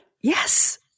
Yes